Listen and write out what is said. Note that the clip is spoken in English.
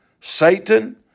Satan